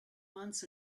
months